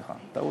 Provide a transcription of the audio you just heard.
סליחה, טעות.